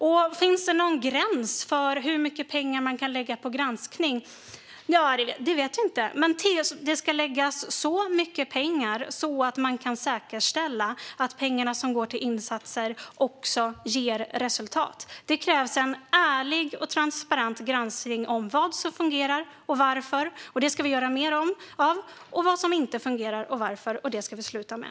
Om det finns någon gräns för hur mycket pengar man kan lägga på granskning vet jag inte, men det ska läggas så mycket pengar att man kan säkerställa att pengarna som går till insatser ger resultat. Det krävs en ärlig och transparent granskning av vad som fungerar och varför, och det ska vi göra mer av, och vad som inte fungerar och varför, och det ska vi sluta med.